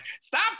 stop